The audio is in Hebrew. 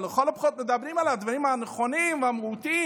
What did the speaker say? אבל לכל הפחות מדברים על הדברים הנכונים והמהותיים,